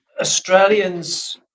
Australians